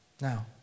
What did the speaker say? Now